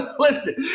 Listen